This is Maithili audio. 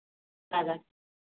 लागत